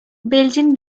belgian